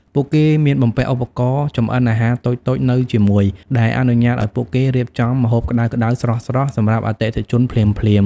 ពួកគេមានបំពាក់ឧបករណ៍ចម្អិនអាហារតូចៗនៅជាមួយ ដែលអនុញ្ញាតឱ្យពួកគេរៀបចំម្ហូបក្តៅៗស្រស់ៗសម្រាប់អតិថិជនភ្លាមៗ។